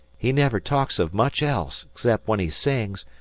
he never talks of much else, cept when he sings,